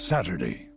Saturday